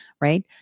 right